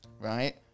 right